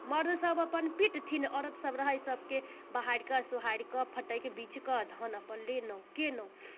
मर्द सभ अपन पिटथिन औरत सभ रहै सभके बहारिकऽ सोहारि कऽ फटकि बीछ कऽ धान अपन लेनहु केनहुँ